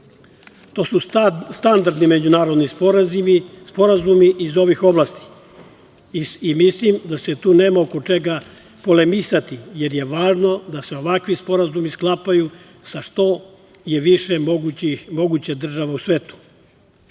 To su standardni međunarodni sporazumi iz ovih oblasti. Mislim da se tu nema oko čega polemisati, jer je važno da se ovakvi sporazumi sklapaju sa što je više moguće država u svetu. Mi